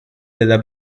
della